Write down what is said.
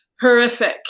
horrific